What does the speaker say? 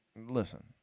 listen